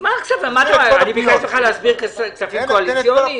אני ביקשתי ממך להסביר כספים קואליציוניים?